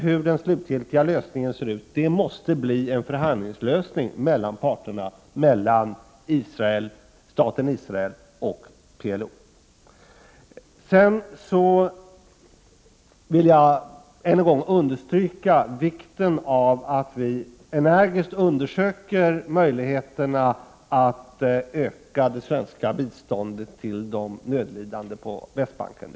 Hur den slutgiltiga lösningen skall se ut måste bli en förhandlingsfråga, som skall avgöras av staten Israel och PLO. Jag vill än en gång understryka vikten av att vi energiskt undersöker möjligheterna att öka det svenska biståndet till de nödlidande på Västbanken.